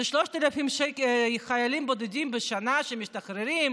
3,000 חיילים בודדים משתחררים בשנה.